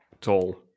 tall